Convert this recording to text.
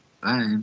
Bye